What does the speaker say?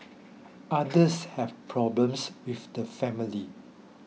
others have problems with the family